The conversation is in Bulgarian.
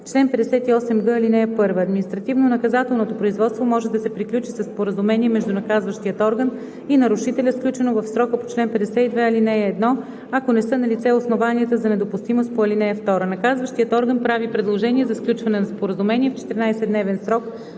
Чл. 58г. (1) Административнонаказателното производство може да приключи със споразумение между наказващия орган и нарушителя, сключено в срока по чл. 52, ал. 1, ако не са налице основанията за недопустимост по ал. 2. Наказващият орган прави предложение за сключване на споразумение в 14-дневен срок